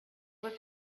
was